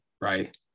right